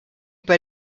bei